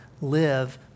live